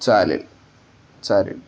चालेल चालेल